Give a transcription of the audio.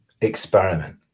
Experiment